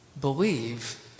believe